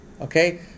okay